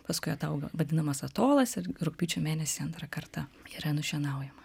paskui atauga vadinamas atolas ir rugpjūčio mėnesį antrą kartą yra nušienaujama